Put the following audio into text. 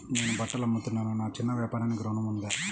నేను బట్టలు అమ్ముతున్నాను, నా చిన్న వ్యాపారానికి ఋణం ఉందా?